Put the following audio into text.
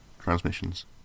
transmissions